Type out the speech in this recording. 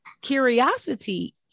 curiosity